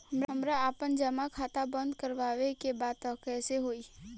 हमरा आपन जमा खाता बंद करवावे के बा त कैसे होई?